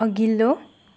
अघिल्लो